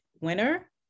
winner